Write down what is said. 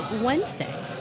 Wednesday